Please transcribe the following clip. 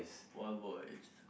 wild boys